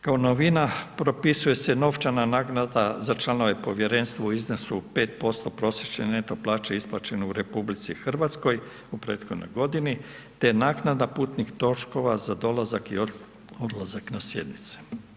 Kao novina, pripisuje se novčana naknada za članove povjerenstva u iznosu 5% prosječne neto plaće isplaćene u RH, u prethodnoj godini, te naknada putnih troškova za dolazak i odlazak na sjednice.